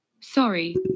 Sorry